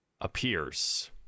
appears